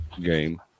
game